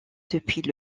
depuis